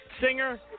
singer